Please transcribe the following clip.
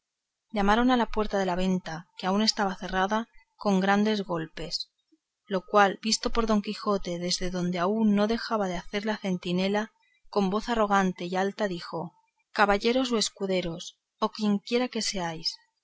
llamaron a la puerta de la venta que aún estaba cerrada con grandes golpes lo cual visto por don quijote desde donde aún no dejaba de hacer la centinela con voz arrogante y alta dijo caballeros o escuderos o quienquiera que seáis